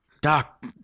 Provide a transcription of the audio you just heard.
Doc